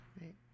Right